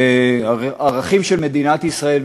הערכים של מדינת ישראל,